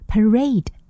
Parade